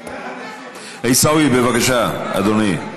עיסאווי, בבקשה, אדוני.